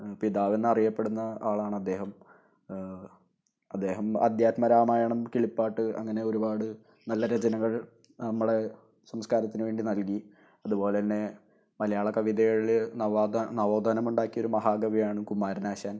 പിതാവെന്നറിയപ്പെടുന്ന ആളാണ് അദ്ദേഹം അദ്ദേഹം ആദ്ധ്യാത്മ രാമായണം കിളിപ്പാട്ട് അങ്ങനെ ഒരുപാട് നല്ല രചനകള് നമ്മുടെ സംസ്കാരത്തിനു വേണ്ടി നല്കീ അതുപോലെ തന്നെ മലയാള കവിതകളിൽ നവാഗ നവോദ്ധാനമുണ്ടാക്കിയ ഒരു മഹാ കവിയാണ് കുമാരനാശാന്